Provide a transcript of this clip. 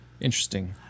interesting